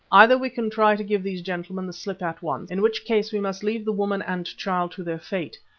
either we can try to give these gentlemen the slip at once, in which case we must leave the woman and child to their fate,